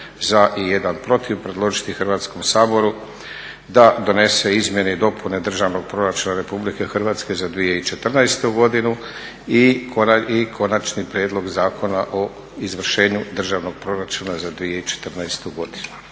za i 1 protiv predložiti Hrvatskom saboru da donese Izmjene i dopune Državnog proračuna RH za 2014.godinu i Konačni prijedlog Zakona o izvršenju Državnog proračuna za 2014.godinu.